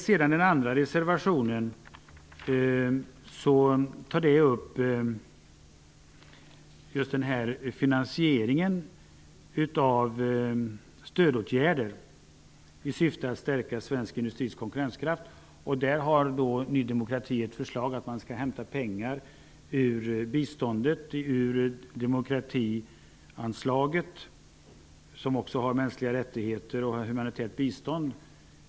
Den andra reservationen tar upp just finansieringen av stödåtgärder i syfte att stärka svensk industris konkurrenskraft. Där har Ny demokrati ett förslag om att man skall hämta pengar ur biståndsanslaget för demokrati som också innehåller mänskliga rättigheter och humanitärt bistånd.